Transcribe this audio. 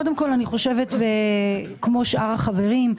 קודם כל אני חושבת כמו שאר החברים,